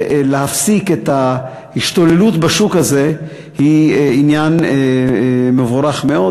ולהפסיק את ההשתוללות בשוק הזה היא עניין מבורך מאוד.